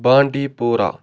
بانڈی پورہ